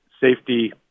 safety